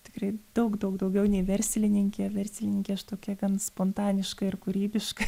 tikrai daug daug daugiau nei verslininkė verslininkė aš tokia gan spontaniška ir kūrybiška